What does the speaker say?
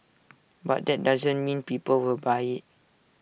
but that doesn't mean people will buy IT